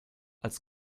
als